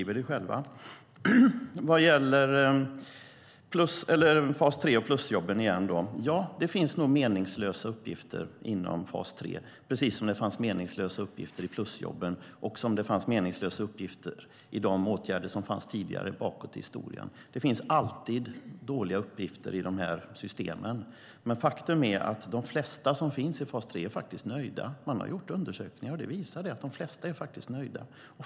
Vad gäller fas 3 och plusjobben - ja, det finns nog meningslösa uppgifter inom fas 3, precis som det fanns meningslösa uppgifter bland plusjobben och bland de åtgärder som vidtogs tidigare, bakåt i historien. Det finns alltid dåliga uppgifter i dessa system, men faktum är att de flesta i fas 3 är nöjda. Man har gjort undersökningar, och det visar sig att de flesta faktiskt är nöjda.